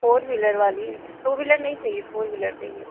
four wheeler वाली two wheeler नहीं चाहिए फोर व्हीलर चाहिए